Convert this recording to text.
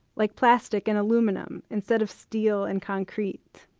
like plastic and aluminum instead of steel and concrete.